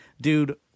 Dude